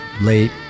late